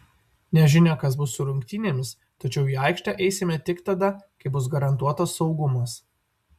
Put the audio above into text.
nežinia kas bus su rungtynėmis tačiau į aikštę eisime tik tada kai bus garantuotas saugumas